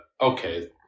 okay